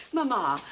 mama,